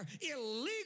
illegal